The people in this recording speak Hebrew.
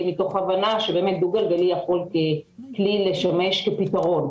מתוך הבנה שדו גלגלי יכול לשמש כפתרון.